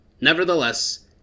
Nevertheless